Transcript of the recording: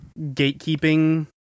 gatekeeping